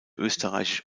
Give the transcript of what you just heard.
österreichisch